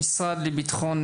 המשרד לביטחון